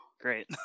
Great